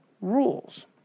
rules